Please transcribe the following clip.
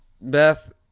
Beth